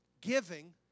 Giving